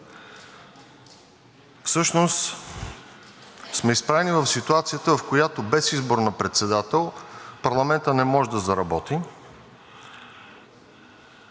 Всъщност сме изправени в ситуацията, в която без избор на председател парламентът не може да заработи.